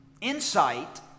insight